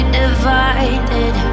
divided